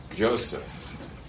Joseph